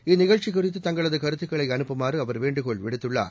இந்நிகழக்சிகுறித்துத் தங்களதுகருத்துக்களை அனுப்புமாறு அவர் வேண்டுகோள் விடுத்துள்ளார்